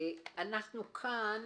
אנחנו כאן